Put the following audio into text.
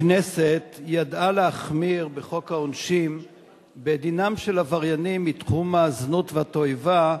הכנסת ידעה להחמיר בחוק העונשין בדינם של עבריינים בתחום הזנות והתועבה,